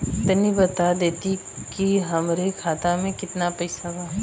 तनि बता देती की हमरे खाता में कितना पैसा बा?